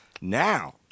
Now